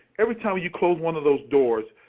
every time you close one of those doors,